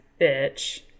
bitch